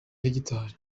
hegitari